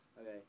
Okay